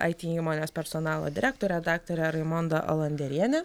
aity įmonės personalo direktorė daktarė raimonda alonderienė